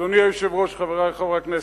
זה שלוש הצעות חוק.